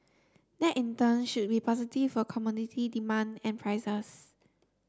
that in turn should be positive for commodity demand and prices